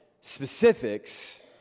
specifics